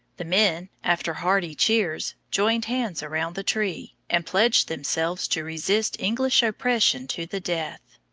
the men, after hearty cheers, joined hands around the tree, and pledged themselves to resist english oppression to the death.